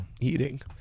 eating